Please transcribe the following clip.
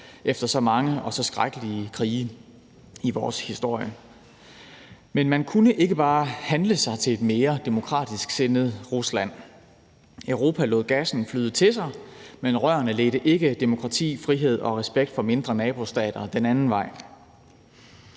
efter så mange og så skrækkelige krige i vores historie. Man kunne ikke bare handle sig til et mere demokratisk sindet Rusland; Europa lod gassen flyde til sig, men rørene ledte ikke demokrati, frihed og respekt for mindre nabostater den anden vej.